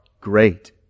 great